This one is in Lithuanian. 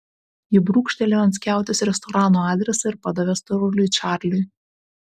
ji brūkštelėjo ant skiautės restorano adresą ir padavė storuliui čarliui